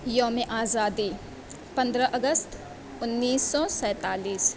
یوم آزادی پندرہ اگست انیس سو سینتالیس